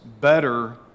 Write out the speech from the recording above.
better